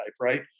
right